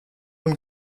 und